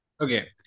Okay